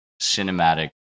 cinematic